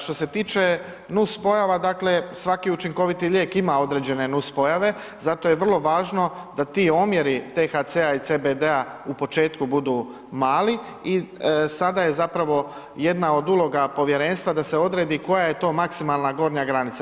Što se tiče nus pojava, dakle, svaki učinkoviti lijek ima određene nus pojave, zato je vrlo važno da ti omjeri THC-a i CBD-a u početku budu mali i sada je zapravo jedna od uloga povjerenstva da se odredi koja je to maksimalna gornja granica.